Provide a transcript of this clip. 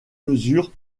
mesures